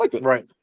Right